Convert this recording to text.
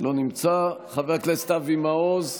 לא נמצא, חבר הכנסת אבי מעוז,